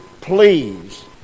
Please